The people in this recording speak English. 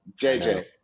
JJ